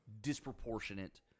disproportionate